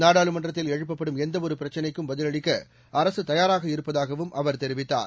நாடாளுமன்றத்தில் எழுப்பப்படும் எந்தவொரு பிரச்சினைக்கும் பதிலளிக்க அரசு தயாராக இருப்பதாகவும் அவர் தெரிவித்தார்